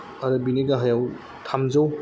आरो बिनि गाहायाव थामजौ